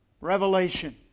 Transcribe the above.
Revelation